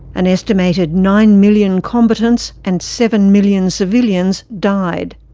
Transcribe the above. an estimated nine million combatants and seven million civilians died.